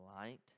light